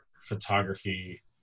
photography